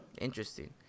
Interesting